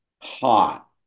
hot